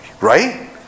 right